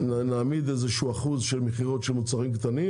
שנעמיד אחוז מסוים של מכירות של ספקים קטנים,